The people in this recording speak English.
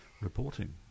reporting